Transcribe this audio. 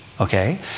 okay